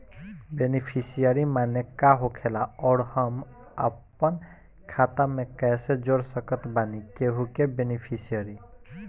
Beneficiary माने का होखेला और हम आपन खाता मे कैसे जोड़ सकत बानी केहु के बेनीफिसियरी?